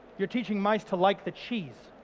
you're teaching mice to like the cheese.